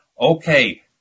okay